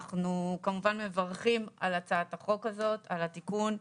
אנחנו כמובן מברכים על הצעת החוק הזאת, על התיקון.